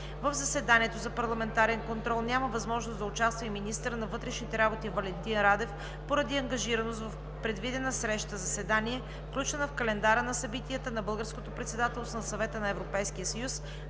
В заседанието за парламентарен контрол няма възможност да участва и министърът на вътрешните работи Валентин Радев, поради ангажираност в предвидена среща-заседание, включена в Календара на събитията на Българското